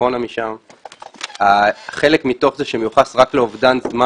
התחלנו ממקום יותר נמוך והיום רואים את הגידול בפער.